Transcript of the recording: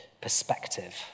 perspective